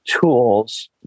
tools